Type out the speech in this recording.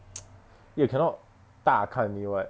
you cannot 大看 me [what]